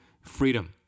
freedom